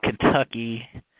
Kentucky